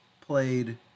played